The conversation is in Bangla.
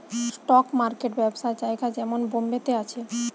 স্টক মার্কেট ব্যবসার জায়গা যেমন বোম্বে তে আছে